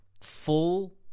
full